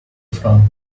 from